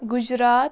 Gujarat